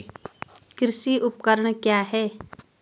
कृषि उपकरण क्या है?